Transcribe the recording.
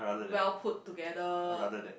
well put together